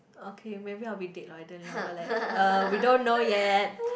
okay maybe I will be dead by then lah but like uh we don't know yet